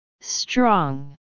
strong